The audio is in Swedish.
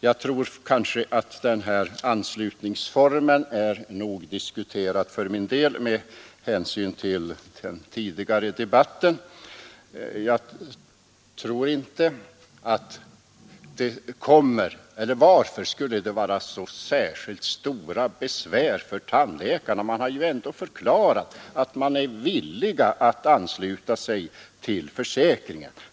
Jag tror att frågan om anslutningsformen är nog diskuterad för min del med hänsyn till den tidigare debatten. Varför skulle det vara så särskilt stora besvär för tandläkarna? Man har ju ändå förklarat att man är villig att ansluta sig till försäkringen.